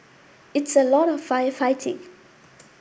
it's a lot of firefighting